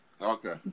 Okay